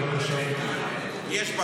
-- תנו לו להשלים את דבריו.